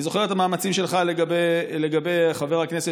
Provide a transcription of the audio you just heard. אני זוכר את המאמצים שלך לגבי חבר הכנסת